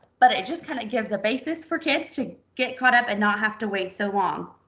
but it just kinda gives a basis for kids to get caught up and not have to wait so long.